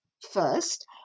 First